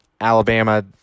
Alabama